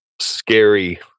scary